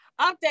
Update